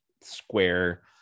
square